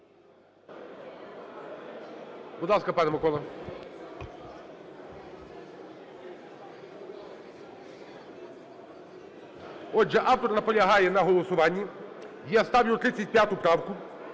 Отже, автор наполягає на голосуванні. Я ставлю 35 правку